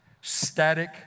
static